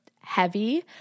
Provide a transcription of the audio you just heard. heavy